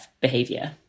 behavior